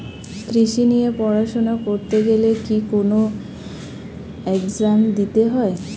কৃষি নিয়ে পড়াশোনা করতে গেলে কি কোন এগজাম দিতে হয়?